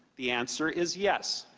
the answer is yes.